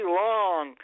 long